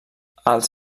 els